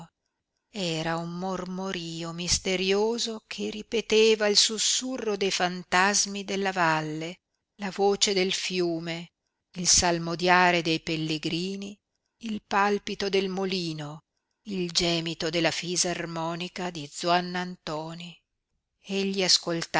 era un mormorio misterioso che ripeteva il sussurro dei fantasmi della valle la voce del fiume il salmodiare dei pellegrini il palpito del molino il gemito della fisarmonica di zuannantoni egli